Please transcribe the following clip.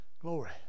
glory